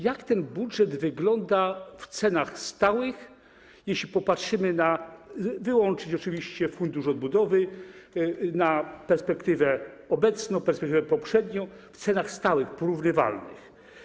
Jak ten budżet wygląda w cenach stałych, jeśli popatrzymy - wyłączając oczywiście fundusz odbudowy - na perspektywę obecną, perspektywę poprzednią, w cenach stałych, porównywalnych?